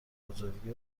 بزرگی